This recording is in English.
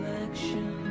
reflection